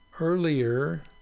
earlier